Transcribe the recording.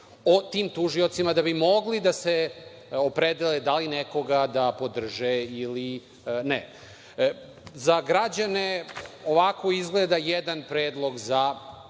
tim tužiocima da bi mogli da se opredele da li nekoga da podrže ili ne.Za građane ovako izgleda jedan predlog za